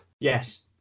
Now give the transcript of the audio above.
Yes